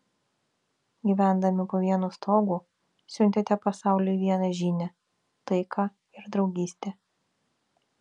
gyvendami po vienu stogu siuntėte pasauliui vieną žinią taiką ir draugystę